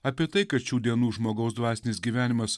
apie tai kad šių dienų žmogaus dvasinis gyvenimas